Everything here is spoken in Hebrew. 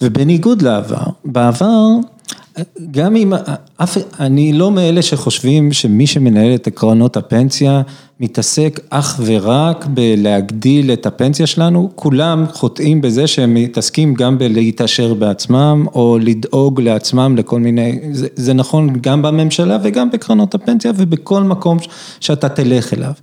ובניגוד לעבר, בעבר, גם אם, אף, אני לא מאלה שחושבים שמי שמנהל את עקרונות הפנסיה מתעסק אך ורק בלהגדיל את הפנסיה שלנו, כולם חוטאים בזה שהם מתעסקים גם בלהתאשר בעצמם או לדאוג לעצמם לכל מיני, זה נכון גם בממשלה וגם בקרנות הפנסיה ובכל מקום שאתה תלך אליו.